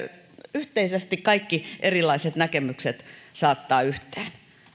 yhteisesti kaikki erilaiset näkemykset saattaa yhteen